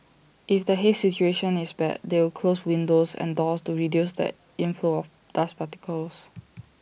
if the haze situation is bad they will close windows and doors to reduce the inflow of dust particles